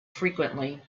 frequently